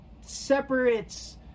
separates